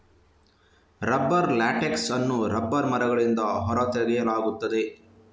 rubber latex ಅನ್ನು rubber ಮರಗಳಿಂದ ಹೊರ ತೆಗೆಯಲಾಗುತ್ತದೆ